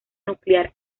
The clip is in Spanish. nuclear